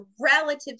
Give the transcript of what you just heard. relative